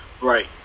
Right